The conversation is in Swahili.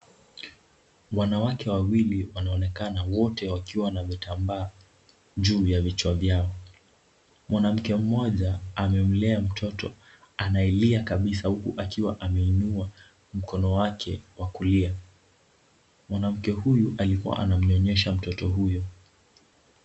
Wanawake wawili wanaonekana wote wakiwa na vitambaa juu ya vichwa vyao. Mwanamke mmoja amemlea mtoto anayelia kabisa huku akiwa ameinua mkono wake wa kulia. Mwanamke huyu alikuwa anamnyonyesha mtoto huyo.